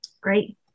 Great